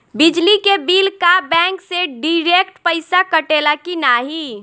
बिजली के बिल का बैंक से डिरेक्ट पइसा कटेला की नाहीं?